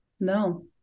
No